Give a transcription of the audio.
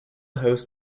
hosts